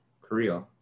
Korea